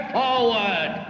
forward